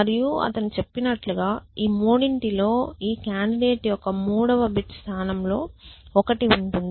మరియు అతను చెప్పినట్లుగా ఈ మూడింటి లో ఈ కాండిడేట్ యొక్క మూడవ బిట్ స్థానంలో ఒకటి ఉంటుంది